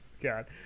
god